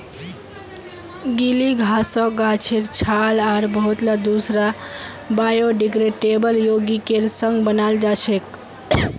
गीली घासक गाछेर छाल आर बहुतला दूसरा बायोडिग्रेडेबल यौगिकेर संग बनाल जा छेक